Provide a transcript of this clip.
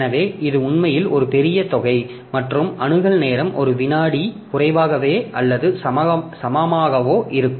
எனவே இது உண்மையில் ஒரு பெரிய தொகை மற்றும் அணுகல் நேரம் ஒரு வினாடி குறைவாகவோ அல்லது சமமாகவோ இருக்கும்